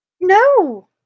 No